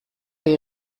die